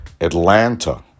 Atlanta